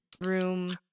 room